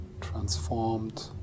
transformed